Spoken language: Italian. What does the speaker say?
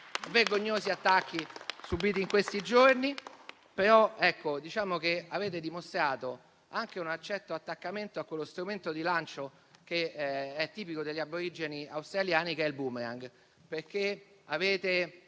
vergognosi attacchi subiti in questi giorni. Avete dimostrato anche un certo attaccamento a quello strumento di lancio tipico degli aborigeni australiani che è il *boomerang*, perché avete